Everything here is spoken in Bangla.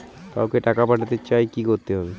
কাউকে টাকা পাঠাতে চাই কি করতে হবে?